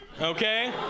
okay